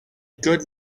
good